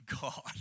God